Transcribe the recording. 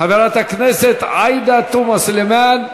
חברת הכנסת עאידה תומא סלימאן,